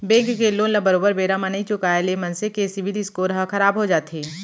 bank के loan ल बरोबर बेरा म नइ चुकाय ले मनसे के सिविल स्कोर ह खराब हो जाथे